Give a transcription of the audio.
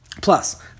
Plus